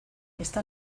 está